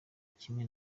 kimwe